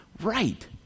right